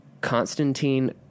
Constantine